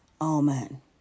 Amen